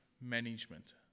management